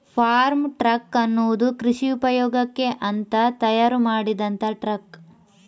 form truck ಅನ್ನುದು ಕೃಷಿ ಉಪಯೋಗಕ್ಕೆ ಅಂತ ತಯಾರು ಮಾಡಿದಂತ ಟ್ರಕ್